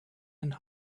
and